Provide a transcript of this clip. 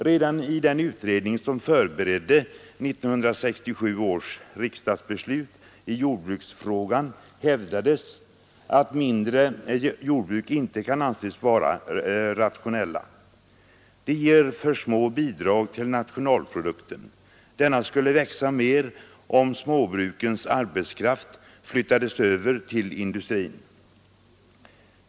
Redan i den utredning som förberedde 1967 års riksdagsbeslut i jordbruksfrågan hävdades att mindre jordbruk inte kan anses vara rationella. De ger för små bidrag till nationalprodukten. Denna skulle växa mer om småbrukens arbetskraft flyttades över till industrin.